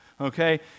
okay